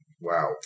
Wow